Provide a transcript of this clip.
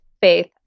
faith